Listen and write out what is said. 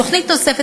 תוכנית נוספת,